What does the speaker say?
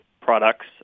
products